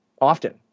often